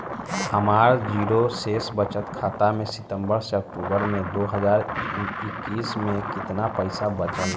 हमार जीरो शेष बचत खाता में सितंबर से अक्तूबर में दो हज़ार इक्कीस में केतना पइसा बचल बा?